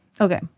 Okay